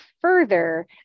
further